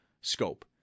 scope